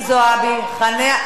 לא נשמע דבר כזה.